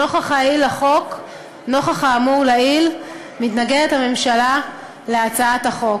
נוכח האמור לעיל, הממשלה מתנגדת להצעת החוק.